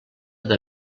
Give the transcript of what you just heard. del